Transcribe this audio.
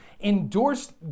endorsed